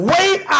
Wait